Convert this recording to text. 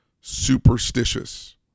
superstitious